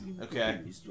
Okay